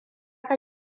ka